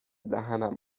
دهنم